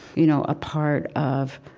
you know a part of,